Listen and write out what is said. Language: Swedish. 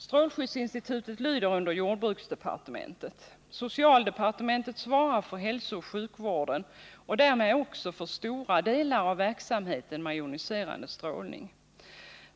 Strålskyddsinstitutet lyder under jordbruksdepartementet. Socialdepartementet svarar för hälsooch sjukvården och därmed också för stora delar av verksamheten med joniserande strålning.